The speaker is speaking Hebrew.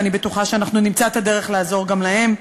ואני בטוחה שאנחנו נמצא את הדרך לעזור גם להם,